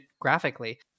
graphically